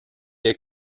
est